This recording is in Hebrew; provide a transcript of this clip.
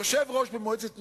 יושב-ראש במועצת מנהלים,